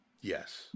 Yes